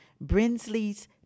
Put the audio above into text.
Brinsley's